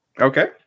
Okay